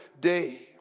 day